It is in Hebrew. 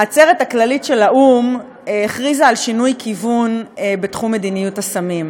העצרת הכללית של האו"ם הכריזה על שינוי כיוון בתחום מדיניות הסמים,